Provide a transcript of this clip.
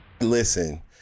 Listen